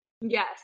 Yes